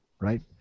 right